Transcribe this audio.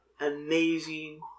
amazing